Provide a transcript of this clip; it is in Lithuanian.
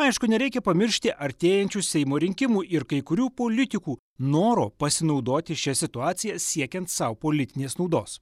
aišku nereikia pamiršti artėjančių seimo rinkimų ir kai kurių politikų noro pasinaudoti šia situacija siekiant sau politinės naudos